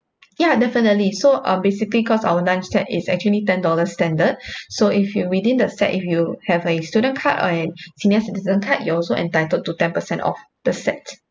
ya definitely so um basically cause our lunch set is actually ten dollars standard so if you're within the set if you have a student card or an senior citizen card you also entitled to ten percent off the set